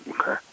Okay